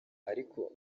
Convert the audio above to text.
ariko